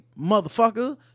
motherfucker